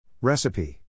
Recipe